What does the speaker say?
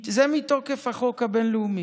זה מתוקף החוק הבין-לאומי.